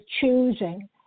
choosing